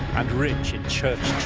and rich in church